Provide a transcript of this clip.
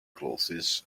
clothes